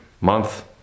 month